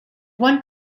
one